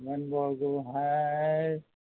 হোমেন বৰগোহাঁইৰ